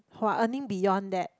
who are earning beyond that